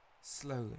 slowly